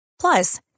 Plus